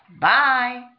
Bye